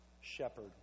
shepherd